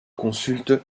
consulte